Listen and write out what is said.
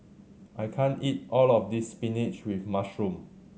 I can't eat all of this spinach with mushroom